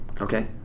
Okay